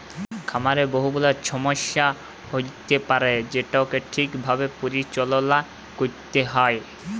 খামারে বহু গুলা ছমস্যা হ্য়য়তে পারে যেটাকে ঠিক ভাবে পরিচাললা ক্যরতে হ্যয়